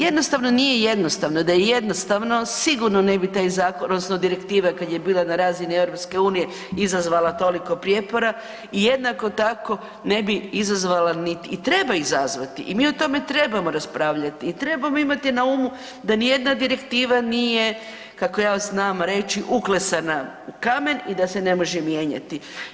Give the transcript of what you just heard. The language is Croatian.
Jednostavno nije jednostavno, da je jednostavno sigurno ne bi taj zakon odnosno direktiva kad je bila na razini EU izazvala toliko prijepora i jednako tako ne bi izazvala niti, i treba izazvati i mi o tome trebamo raspravljati i trebamo imati na umu da nijedna direktiva nije, kako ja znam reći, uklesana u kamen i da se ne može mijenjati.